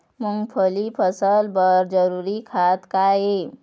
मूंगफली के फसल बर जरूरी खाद का ये?